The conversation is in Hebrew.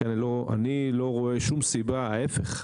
ולכן אני לא רואה שום סיבה, ההיפך,